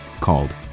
called